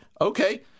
okay